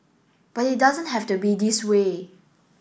but it doesn't have to be this way